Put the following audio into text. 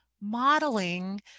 modeling